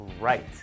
Right